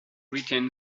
retain